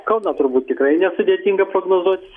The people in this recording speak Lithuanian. kauną turbūt tikrai nesudėtinga prognozuot